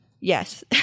Yes